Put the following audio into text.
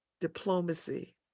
diplomacy